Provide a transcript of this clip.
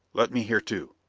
let me hear, too!